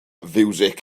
fiwsig